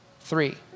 three